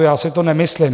Já si to nemyslím.